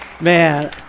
Man